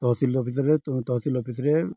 ତହସିଲ୍ ଅଫିସ୍ରେ ତ ତହସିଲ୍ ଅଫିସ୍ରେ